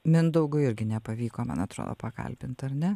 mindaugui irgi nepavyko man atrodo pakalbint ar ne